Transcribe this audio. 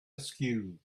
askew